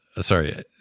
sorry